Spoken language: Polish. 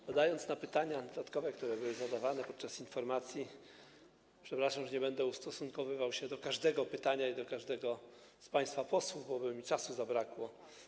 Odpowiadając na pytania dodatkowe, które były zadawane podczas informacji, przepraszam, już nie będę ustosunkowywał się do każdego pytania i każdego z państwa posłów, bo by mi czasu zabrakło.